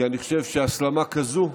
כי אני חושב שהסלמה כזאת,